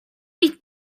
need